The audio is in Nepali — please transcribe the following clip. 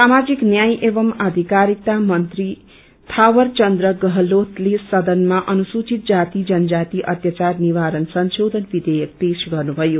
सामाजिक न्याय एवं आधिकारिता मन्त्री थावरचन्द गइलोतले सदनमा अनुसुधित जाति जनजाति अत्याचार निवारण संशोधन विधेयक पेश गर्नुभयो